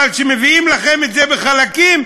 אבל כשמביאים לכם את זה בחלקים,